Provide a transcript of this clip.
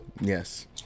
Yes